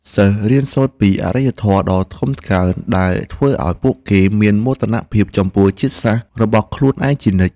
សិស្សរៀនសូត្រពីអរិយធម៌ដ៏ថ្កុំថ្កើងដែលធ្វើឱ្យពួកគេមានមោទនភាពចំពោះជាតិសាសន៍របស់ខ្លួនឯងជានិច្ច។